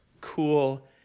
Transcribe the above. cool